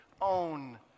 own